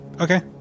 Okay